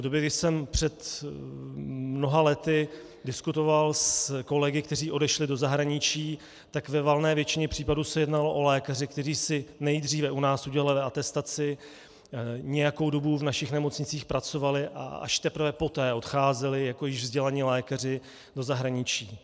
V době, kdy jsem před mnoha lety diskutoval s kolegy, kteří odešli do zahraničí, tak ve valné většině případů se jednalo o lékaře, kteří si nejdříve u nás udělali atestaci, nějakou dobu v našich nemocnicích pracovali a až teprve poté odcházeli jako již vzdělaní lékaři do zahraničí.